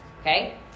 okay